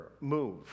move